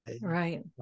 Right